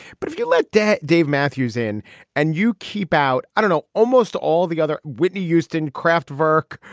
but if you let dave dave matthews in and you keep out, i don't know almost all the other whitney houston craftwork,